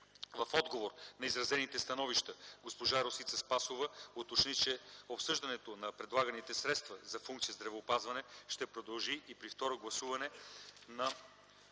В отговор на изразените становища госпожа Росица Спасова уточни, че обсъждането на предлаганите средства за функция здравеопазване ще продължи и при второ гласуване на